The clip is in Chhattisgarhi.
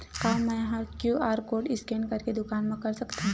का मैं ह क्यू.आर कोड स्कैन करके दुकान मा कर सकथव?